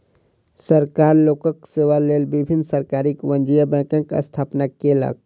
सरकार लोकक सेवा लेल विभिन्न सरकारी वाणिज्य बैंकक स्थापना केलक